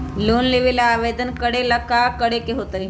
Loan लेबे ला आवेदन करे ला कि करे के होतइ?